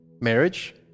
Marriage